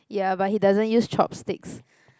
ya but he doesn't use chopsticks